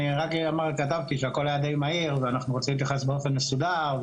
אני רק כתבתי שהכול היה די מהיר ואנחנו רוצים להתייחס באופן מסודר.